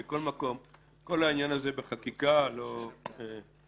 מכל מקום, כל העניין הזה בחקיקה לא מתאים.